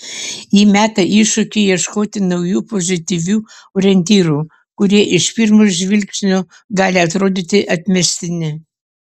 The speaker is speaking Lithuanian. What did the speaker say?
ji meta iššūkį ieškoti naujų pozityvių orientyrų kurie iš pirmo žvilgsnio gali atrodyti atmestini